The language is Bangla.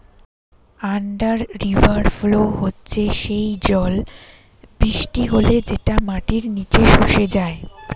আন্ডার রিভার ফ্লো হচ্ছে সেই জল বৃষ্টি হলে যেটা মাটির নিচে শুষে যায়